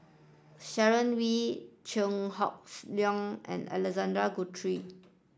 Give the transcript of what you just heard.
Sharon Wee Chew Hocks Leong and Alexander Guthrie